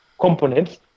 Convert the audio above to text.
components